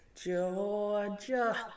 Georgia